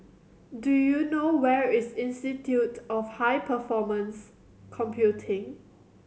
do you know where is Institute of High Performance Computing